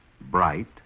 bright